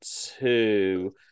two